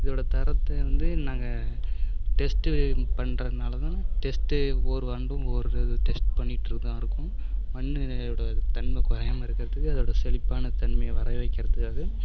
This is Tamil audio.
இதோட தரத்தை வந்து நாங்கள் டெஸ்ட்டு பண்ணுறதுனால தான் டெஸ்ட்டு ஒவ்வொரு ஆண்டும் ஒவ்வொரு இது டெஸ்ட் பண்ணிட்டு தான் இருக்கோம் மண்ணோட தன்மை குறையாம இருக்கிறத்துக்கு அதோட செழிப்பான தன்மையை வர வைக்கிறதுக்காக